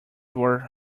were